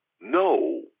no